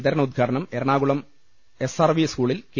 വിതരണ ഉദ്ഘാടനം Ernakulam S R V സ്കൂളിൽ കെ